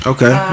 Okay